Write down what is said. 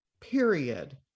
Period